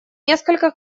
несколько